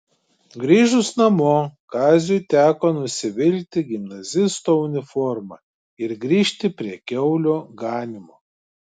grįžus namo kaziui teko nusivilkti gimnazisto uniformą ir grįžti prie kiaulių ganymo